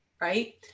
right